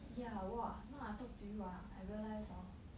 ya !wah! now I talk to you ah I realise hor